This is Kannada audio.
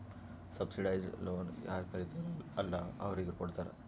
ಸಬ್ಸಿಡೈಸ್ಡ್ ಲೋನ್ ಯಾರ್ ಕಲಿತಾರ್ ಅಲ್ಲಾ ಅವ್ರಿಗ ಕೊಡ್ತಾರ್